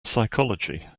psychology